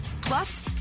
plus